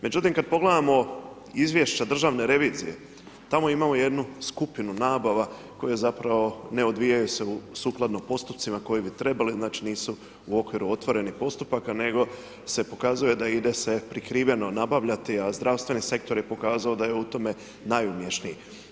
Međutim kada pogledamo izvješće državne revizije tamo imamo jednu skupinu nabava koje zapravo ne odvijaju se sukladno postupcima koji bi trebali, znači nisu u okviru otvorenih postupaka nego se pokazuje da ide se prikriveno nabavljati a zdravstveni sektor je pokazao da je u tome najumješniji.